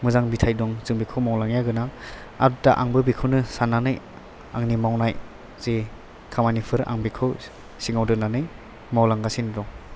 मोजां फिथाइ दं जों बेखौ मावलांनाया मोजां दा आंबो बेखौनो साननानै आंनि मावनाय जे खामानिफोर आं बेखौ सिगाङाव दोननानै मावलांगासिनो दं